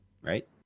right